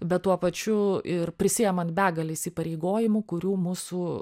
bet tuo pačiu ir prisiimant begalę įsipareigojimų kurių mūsų